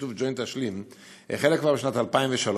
בשיתוף ג'וינט אשלים החלה כבר בשנת 2003,